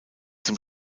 zum